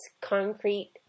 concrete